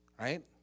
Right